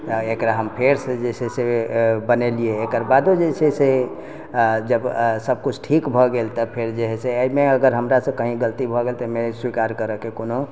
एकरा हम फेरसँ जे छै से बनेलियै एकर बादो जे छै से जब सबकिछु ठीक भऽ गेल तऽ फेर जे हइ से एहिमे अगर हमरा से कही गलती भऽ गेल तऽ एहिमे स्वीकार करैके कोनो